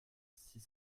six